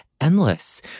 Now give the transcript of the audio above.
endless